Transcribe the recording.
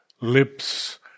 lips